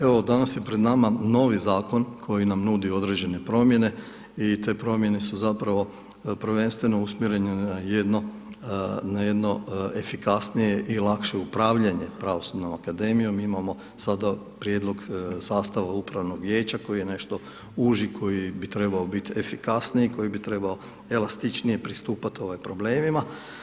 Evo, danas je pred nama novi zakon, koji nam nudi određene promijene i te promijene su zapravo prvenstveno usmjereno na jedno efikasnije i lakše upravljanje pravosudnom akademijom, imamo sada prijedlog sastava upravnog vijeća, koji je nešto uži, koji bi trebao biti efikasniji, koji bi trebao elastičnije pristupati, problemima.